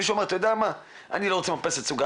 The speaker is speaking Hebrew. מישהו אומר 'אני לא רוצה מרפסת סוכה,